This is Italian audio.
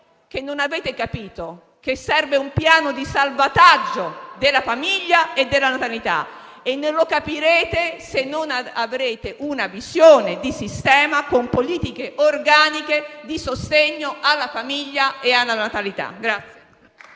che non abbiate capito che serve un piano di salvataggio della famiglia e della natalità; non lo capirete, se non avrete una visione di sistema, con politiche organiche di sostegno alla famiglia e alla natalità.